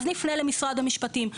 אז נפנה למשרד המשפטים,